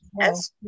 Yes